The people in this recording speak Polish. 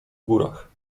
górach